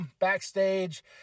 backstage